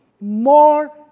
more